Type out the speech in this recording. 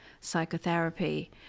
psychotherapy